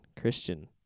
Christian